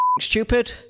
stupid